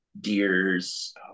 Deers